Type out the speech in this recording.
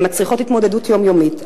הן מצריכות התמודדות יומיומית,